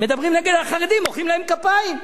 מדברים נגד החרדים, מוחאים להם כפיים.